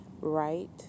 right